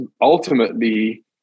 ultimately